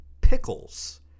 pickles